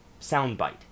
soundbite